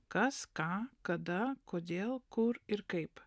kas ką kada kodėl kur ir kaip